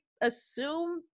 assume